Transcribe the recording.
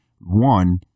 One